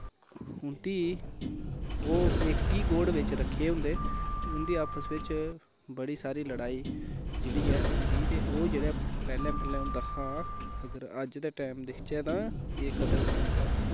उं'दी ओह् इक ई गोड़ बिच्च रक्खे होंदे ते उंदी आपस बिच्च बड़ी सारी लड़ाई जेह्ड़ी होंदी ते ओह् जेहड़ा पैह्लें पैह्लें होंदा हा जेहड़ा अज्ज दा टैम दिक्खचै तां एह् कदें बी नि होंदा ऐ